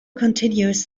continuous